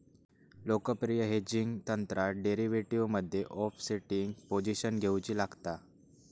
लोकप्रिय हेजिंग तंत्रात डेरीवेटीवमध्ये ओफसेटिंग पोझिशन घेउची लागता